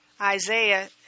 Isaiah